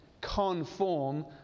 conform